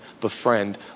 befriend